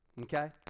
okay